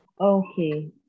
Okay